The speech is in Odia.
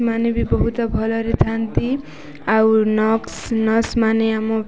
ମାନେ ବି ବହୁତ ଭଲରେ ଥାଆନ୍ତି ଆଉ ମାନେ ଆମ